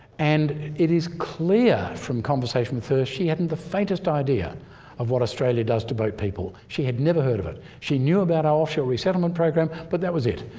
and it is clear from conversation first, she hadn't the faintest idea of what australia does to boat people she had never heard of it. she knew about our offshore resettlement program, but that was it.